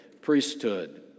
priesthood